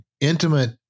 intimate